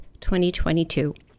2022